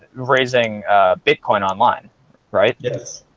raising bitcoin online right yes,